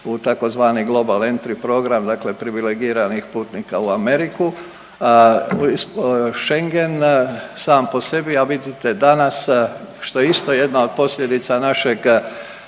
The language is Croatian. u tzv. global entry program, dakle privilegiranih putnika u Ameriku. Schengen sam po sebi, a vidite danas što je isto jedna od posljedica našeg